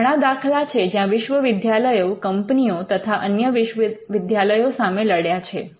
એવા ઘણા દાખલા છે જ્યાં વિશ્વવિદ્યાલયો કંપનીઓ તથા અન્ય વિશ્વવિદ્યાલયો સામે લડ્યા છે